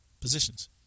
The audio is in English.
positions